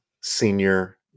senior